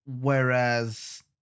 Whereas